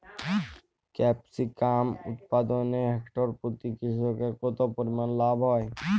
Capsicum উৎপাদনে hectare প্রতি কৃষকের কত পরিমান লাভ হয়?